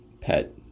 pet